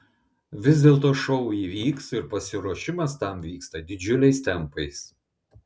vis dėlto šou įvyks ir pasiruošimas tam vyksta didžiuliais tempais